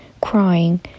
crying